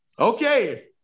Okay